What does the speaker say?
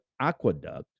aqueduct